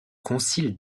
concile